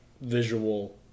visual